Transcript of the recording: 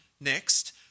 next